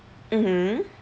mmhmm